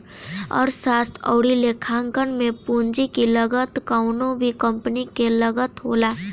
अर्थशास्त्र अउरी लेखांकन में पूंजी की लागत कवनो भी कंपनी के लागत होला